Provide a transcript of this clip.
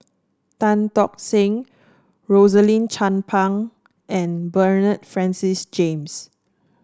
Tan Tock Seng Rosaline Chan Pang and Bernard Francis James